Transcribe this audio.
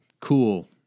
cool